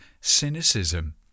cynicism